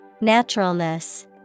Naturalness